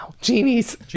genies